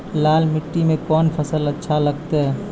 लाल मिट्टी मे कोंन फसल अच्छा लगते?